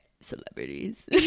celebrities